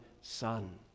Son